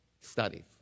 studies